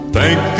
Thank